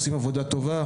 עושים עבודה טובה,